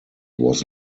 was